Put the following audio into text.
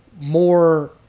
more